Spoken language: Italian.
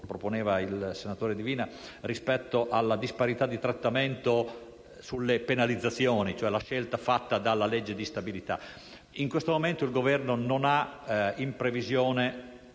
proposto dal senatore Divina e che riguarda la disparità di trattamento sulle penalizzazioni, cioè la scelta fatta dalla legge di stabilità. In questo momento il Governo non ha in previsione